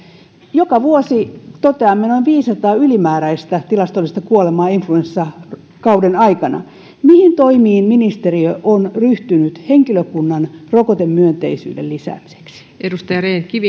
joka vuosi toteamme noin viisisataa ylimääräistä tilastollista kuolemaa influenssakauden aikana mihin toimiin ministeriö on ryhtynyt henkilökunnan rokotemyönteisyyden lisäämiseksi